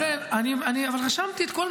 זה לא מה ששאלתי, אני מצטער.